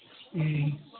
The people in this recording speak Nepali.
ए